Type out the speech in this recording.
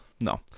No